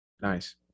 nice